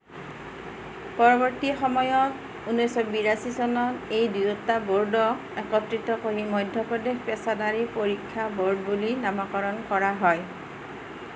পৰৱৰ্তী সময়ত ঊনৈছশ বিৰাশী চনত এই দুয়োটা ব'ৰ্ডক একত্ৰিত কৰি মধ্যপ্ৰদেশ পেচাদাৰী পৰীক্ষা ব'ৰ্ড বুলি নামকৰণ কৰা হয়